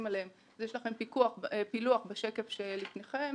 עליהם יש לכם פילוח בשקף שלפניכם